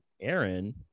Aaron